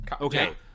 Okay